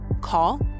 Call